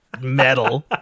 metal